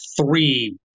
three